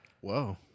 Whoa